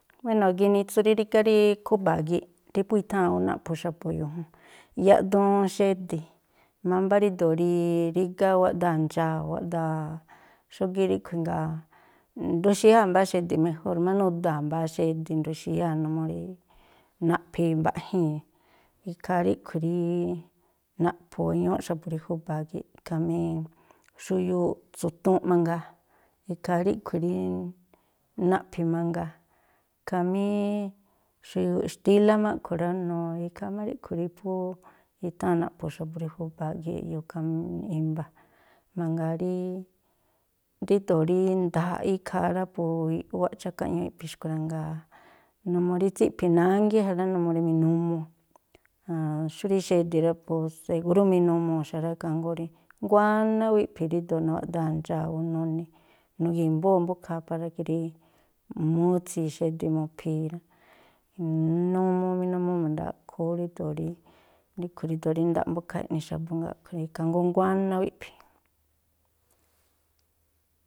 Buéno̱, ginitsu rí rígá rí khu̱ba̱a gii̱ꞌ. Rí phú i̱tháa̱n ú naꞌphu̱ xa̱bu̱ e̱yo̱o̱o jún, yaꞌduun xedi̱, mámbá ríndo̱o rí rígá wáꞌdáa̱ ndxaa̱, wáꞌdáa̱ xógíꞌ ríꞌkhui̱ jngáa̱ nduxi̱yáa̱ mbáá xedi̱ mejór má nudaa̱ mbáá xedi̱ nduxi̱yáa̱ numuu rí naꞌphii̱ mbaꞌjii̱n, ikhaa ríꞌkhui̱ rí naꞌphu̱ wéñúúꞌ xa̱bu̱ rí júba̱a gii̱ꞌ. Khamí xuyuuꞌ tsu̱tuun mangaa, ikhaa ríꞌkhui̱ rí naꞌphi̱ mangaa. Khamí xuyuuꞌ xtílá má a̱ꞌkhui̱ rá. ikhaa má ríꞌkhui̱ rí phú i̱tháa̱ naꞌphu̱ xa̱bu̱ rí júba̱a gii̱ꞌ e̱yo̱o̱. Khamí i̱mba̱ mangaa rí ríndo̱o rí nda̱a̱ꞌ ikhaa rá po i̱ꞌwáꞌ chákaꞌ ñúúꞌ iꞌphi̱ xkui̱ rá, jngáa̱ numuu rí tsíꞌphi̱ nángí ja rá, numuu rí minumuu, xú rí xedi̱ ra̱, po segúrú minumuu̱ xa rá, ikhaa jngóó rí nguáná ú iꞌphi̱ ríndo̱o nawáꞌdáa̱ ndxaa̱ ú, nuni̱ nugi̱mbóo̱ mbúkha̱a̱ para ke rí mutsi̱i̱ xedi̱ mu̱phii̱ rá, numuu, minumuu mba̱ndaꞌkhoo ú ríndo̱o rí ríꞌkhui̱ ríndo̱o rí nda̱a̱ꞌ mbúkha̱a̱ eꞌni xa̱bu̱, jngáa̱ a̱ꞌkhui̱ rí ikhaa jngóó nguáná ú iꞌphi̱.